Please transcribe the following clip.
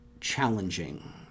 challenging